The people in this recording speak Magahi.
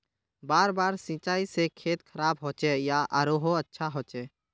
बार बार सिंचाई से खेत खराब होचे या आरोहो अच्छा होचए?